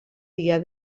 dia